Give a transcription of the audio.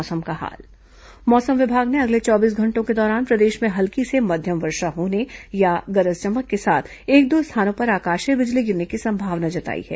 मौसम मौसम विभाग ने अगले चौबीस घंटों के दौरान प्रदेश में हल्की से मध्यम वर्षा होने या गरज चमक के साथ एक दो स्थानों पर आकाशीय बिजली गिरने की संभावना जताई है